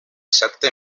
sette